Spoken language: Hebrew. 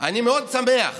אני מאוד שמח